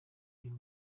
uyu